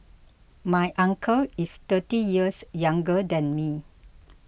my uncle is thirty years younger than me